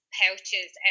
pouches